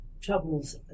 troubles